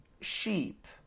sheep